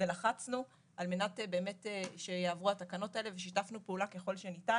ולחצנו על מנת באמת שיעברו התקנות האלה ושיתפנו פעולה ככל שניתן.